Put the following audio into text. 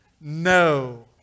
No